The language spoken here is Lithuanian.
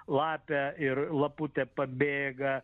lapę ir laputė pabėga